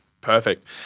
perfect